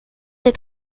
des